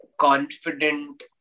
confident